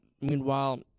meanwhile